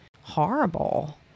horrible